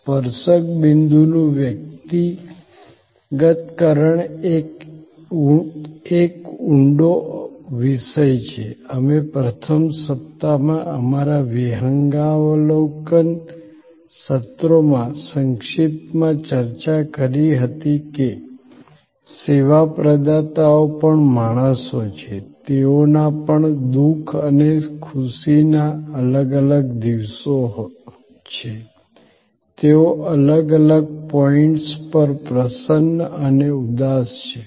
સ્પર્શક બિંદુનું વ્યક્તિગતકરણ એ એક ઊંડો વિષય છે અમે પ્રથમ સપ્તાહમાં અમારા વિહંગાવલોકન સત્રોમાં સંક્ષિપ્તમાં ચર્ચા કરી હતી કે સેવા પ્રદાતાઓ પણ માણસો છે તેઓના પણ દુખ અને ખુશીના અલગ અલગ દિવસો છે તેઓ અલગ અલગ પોઈન્ટસ પર પ્રસન્ન અને ઉદાસ છે